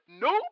Nope